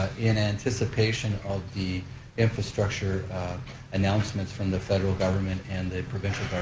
ah in anticipation of the infrastructure announcements from the federal government and the provincial